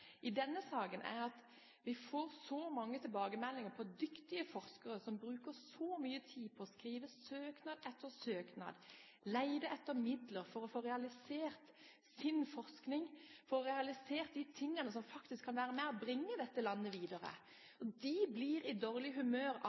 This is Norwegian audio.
i denne saken, er at vi får så mange tilbakemeldinger på at dyktige forskere bruker så mye tid på skrive søknad etter søknad, som leter etter midler for å få realisert sin forskning, for å få realisert de tingene som faktisk kan være med på å bringe dette landet videre. De blir i dårlig humør av